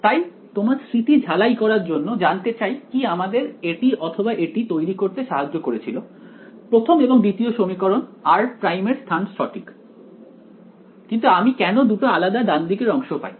তাই তোমার স্মৃতি ঝালাই করার জন্য জানতে চাই কি আমাদের এটি অথবা এটি তৈরি করতে সাহায্য করেছিল প্রথম ও দ্বিতীয় সমীকরণ r' এর স্থান সঠিক কিন্তু আমি কেন দুটো আলাদা ডান দিকের অংশ পাই